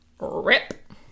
rip